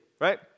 right